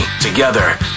Together